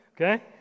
Okay